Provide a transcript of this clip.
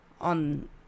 on